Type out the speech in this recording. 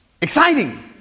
exciting